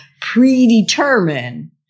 predetermine